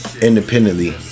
independently